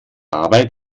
arbeit